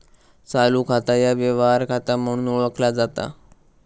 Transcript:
चालू खाता ह्या व्यवहार खाता म्हणून ओळखला जाता